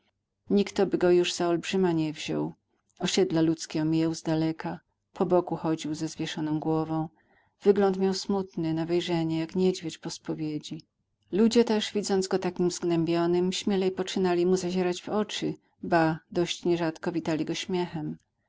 zmalał nikto by go już za olbrzyma nie wziął osiedla ludzkie omijał zdaleka po boku chodził ze zwieszoną głową wygląd miał smutny na wejrzenie jak niedźwiedź po spowiedzi ludzie też widząc go takim zgnębionym śmielej poczynali mu zazierać w oczy ba dość nierzadko witali go śmiechem